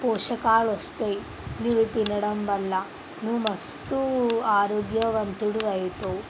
పోషకాలు వస్తాయి నువ్వు ఇది తినడం వల్ల నువ్వు మస్తు ఆరోగ్యవంతుడు అవుతావు